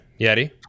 Yeti